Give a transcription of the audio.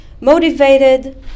motivated